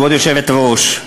כבוד היושבת-ראש,